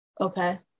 Okay